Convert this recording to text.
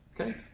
Okay